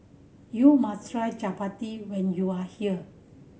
you must try chappati when you are here